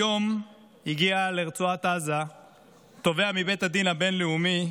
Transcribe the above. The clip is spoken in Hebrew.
היום הגיע לרצועת עזה תובע מבית הדין הבין-לאומי,